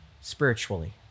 spiritually